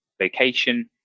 location